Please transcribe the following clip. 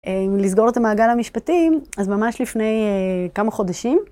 לסגור את המעגל המשפטי, אז ממש לפני כמה חודשים.